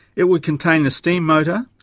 it would contain the steam motor,